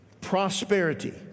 Prosperity